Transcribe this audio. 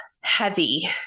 Heavy